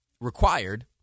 required